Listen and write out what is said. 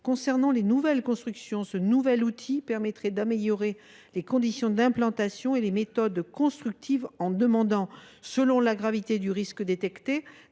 Concernant les nouvelles constructions, ce nouvel outil permettrait d’améliorer les conditions d’implantation et les méthodes de construction en demandant, selon la gravité du risque détecté,